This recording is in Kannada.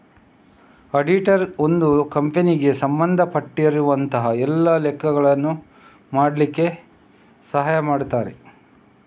ಅಡಿಟರ್ ಒಂದು ಕಂಪನಿಗೆ ಸಂಬಂಧ ಪಟ್ಟಿರುವಂತಹ ಎಲ್ಲ ಲೆಕ್ಕಗಳನ್ನ ಮಾಡ್ಲಿಕ್ಕೆ ಸಹಾಯ ಮಾಡ್ತಾರೆ